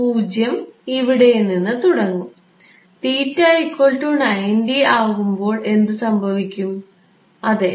0 ഇവിടെ നിന്ന് തുടങ്ങും 90 ആകുമ്പോൾ എന്ത് സംഭവിക്കും അതെ